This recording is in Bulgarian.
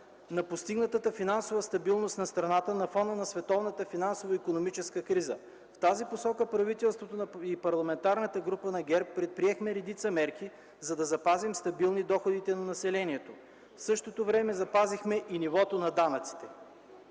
на постигнатата финансова стабилност на страната на фона на световната финансово-икономическа криза. В тази посока правителството и парламентарната група на ГЕРБ предприехме редица мерки, за да запазим стабилни доходите на населението. В същото време запазихме и нивото на данъците.